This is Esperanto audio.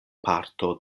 parto